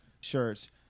shirts